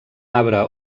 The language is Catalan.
arbre